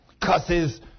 cusses